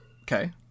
Okay